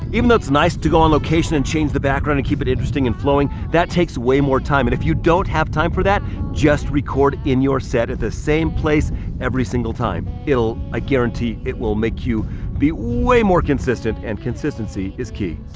even though it's nice to go on location and change the background and keep it interesting and flowing, that takes way more time. and if you don't have time for that, just record in your set at the same place every single time. i guarantee it will make you be way more consistent. and consistency is key.